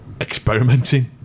experimenting